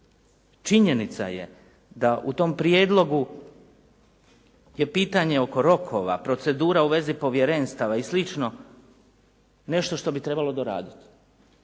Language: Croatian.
Činjenica je da u tom prijedlogu je pitanje oko rokova, procedura u vezi povjerenstava i slično, nešto što bi trebalo doraditi.